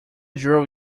drove